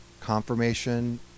confirmation